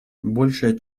большая